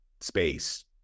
space